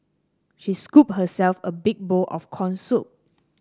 she scooped herself a big bowl of corn soup